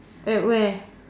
at where